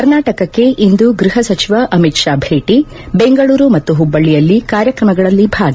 ಕರ್ನಾಟಕಕ್ಕೆ ಇಂದು ಗೃಹ ಸಚಿವ ಅಮಿತ್ ಷಾ ಭೇಟಿ ಬೆಂಗಳೂರು ಮತ್ತು ಹುಬ್ಬಳ್ಳಿಯಲ್ಲಿ ಕಾರ್ಯಕ್ರಮಗಳಲ್ಲಿ ಭಾಗಿ